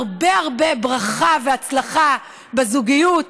הרבה הרבה ברכה והצלחה בזוגיות.